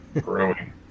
growing